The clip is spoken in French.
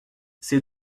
c’est